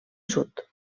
sud